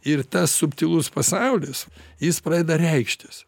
ir tas subtilus pasaulis jis pradeda reikštis